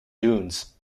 dunes